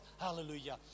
Hallelujah